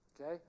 okay